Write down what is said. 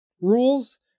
rules